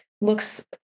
looks